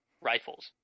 rifles